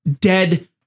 Dead